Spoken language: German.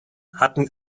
hatten